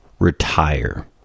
Retire